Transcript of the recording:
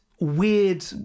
weird